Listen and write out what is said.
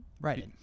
Right